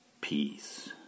Peace